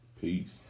Peace